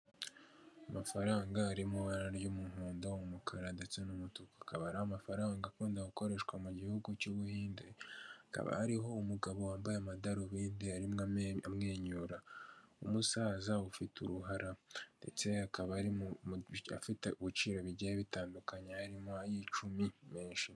Amafaranga ari mu ibara ry'umuhondo, umukara ndetse n'umutuku akaba ari amafaranga akunda gukoreshwa mu gihugu cy'ubuhinde. Hakaba hariho umugabo wambaye amadarubindi arimo amwenyura w'umusaza ufite uruhara, ndetse akaba afite ibciro bigiye bitandukanye harimo ay'icumi menshi.